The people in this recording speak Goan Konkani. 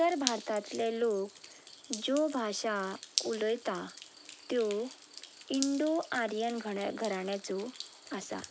उत्तर भारतांतले लोक ज्यो भाशा उलयता त्यो इंडो आर्यन घड्या घराण्याच्यो आसा